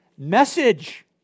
message